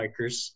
bikers